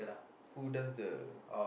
who does the